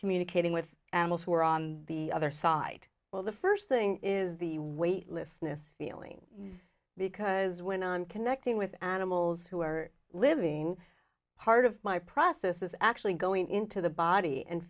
communicating with animals who are on the other side well the first thing is the wait list miss feeling because when i'm connecting with animals who are living part of my process is actually going into the body and